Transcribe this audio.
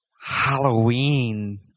Halloween